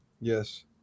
Yes